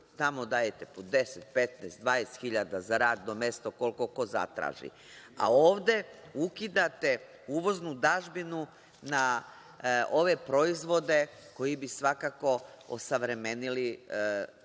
Tamo dajete po 10, 15, 20 hiljada za radno mesto, koliko ko zatraži, a ovde ukidate uvoznu dažbinu na ove proizvode koje bi svakako osavremenili nečiju